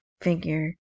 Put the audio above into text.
figure